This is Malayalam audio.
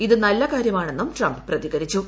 ഇത് നല്ല കാര്യമാണെന്നും ്യടംപ് പ്രതികരിച്ചു